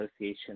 association